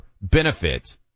benefit